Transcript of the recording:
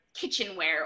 kitchenware